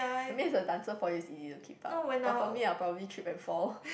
I mean as a dancer for you is easy to keep up but for me I will probably trip and fall